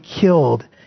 killed